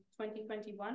2021